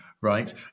right